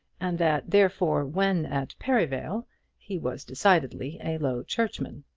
and that, therefore, when at perivale he was decidedly a low churchman.